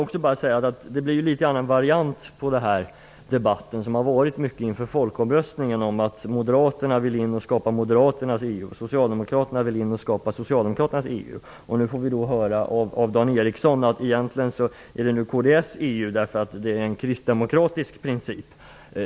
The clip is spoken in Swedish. Detta blir en variant av debatten som har varit inför folkomröstningen om att moderaterna vill in och skapa moderaternas EU och socialdemokraterna vill skapa socialdemokraternas EU. Nu får vi höra av Dan Ericsson att det egentligen är kds EU eftersom det är en kristdemokratisk princip.